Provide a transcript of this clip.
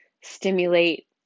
stimulate